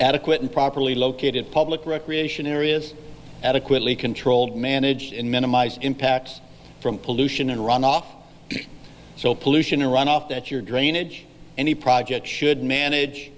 adequate and properly located public recreation areas adequately controlled managed in minimise impacts from pollution and runoff so pollution or runoff that you're drainage any project should manage